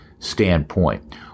Standpoint